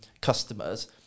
customers